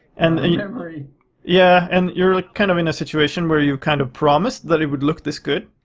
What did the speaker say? and you know yeah, and you're kind of in a situation where you've kind of promised that it would look this good.